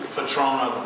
Patrona